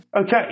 Okay